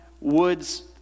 woods